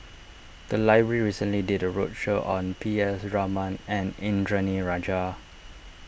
the library recently did a roadshow on P S Raman and Indranee Rajah